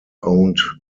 owned